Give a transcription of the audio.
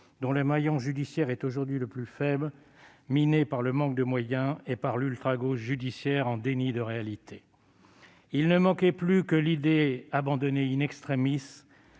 dont le maillon judiciaire est aujourd'hui le plus faible, miné par le manque de moyens et par l'ultragauche judiciaire en déni de réalité. Il ne manquait plus que l'idée, abandonnée, de faire